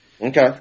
Okay